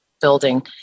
building